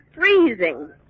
freezing